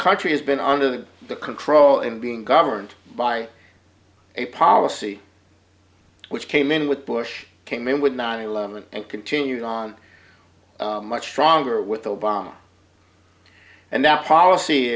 country has been under the control and being governed by a policy which came in with bush came in with nine eleven and continued on much stronger with obama and our policy